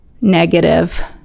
negative